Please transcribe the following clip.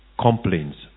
Complaints